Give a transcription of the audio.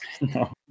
No